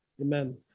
amen